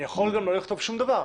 אני יכול גם לא לכתוב שום דבר,